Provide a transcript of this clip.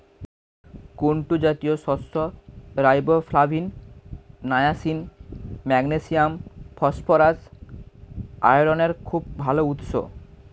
কুট্টু জাতীয় শস্য riboflavin, niacin, magnesium, phosphorus, আয়রনের খুব ভাল উৎস